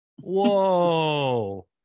Whoa